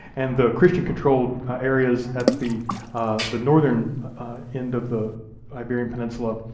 and the christian controlled areas at the the northern end of the iberian peninsula,